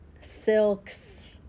Silks